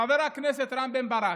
חבר הכנסת רם בן ברק,